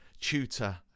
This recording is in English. tutor